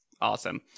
Awesome